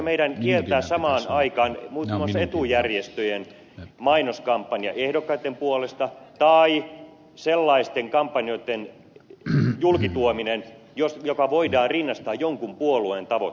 pitäisikö meidän kieltää samaan aikaan muun muassa etujärjestöjen mainoskampanja ehdokkaitten puolesta tai sellaisten kampanjoitten julkituominen jotka voidaan rinnastaa jonkun puolueen tavoitteisiin